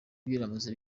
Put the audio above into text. biramutse